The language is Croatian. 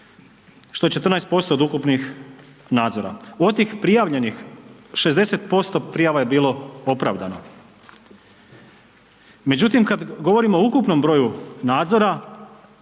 što je 14% od ukupnih nadzora. Od tih prijavljenih, 60% prijava je bilo opravdano. Međutim, kad govorimo o ukupnom broju nadzora